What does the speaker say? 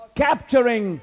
capturing